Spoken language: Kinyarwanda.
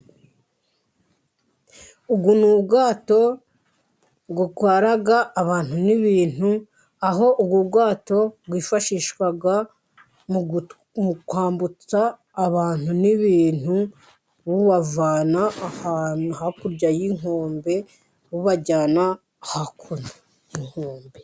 Ubu ni ubwato butwara abantu n'ibintu, aho ubu bwato bwifashishwa mu kwambutsa abantu n'ibintu bubavana ahantu hakurya y'inkombe, bubajyana hakuno y'inkombe.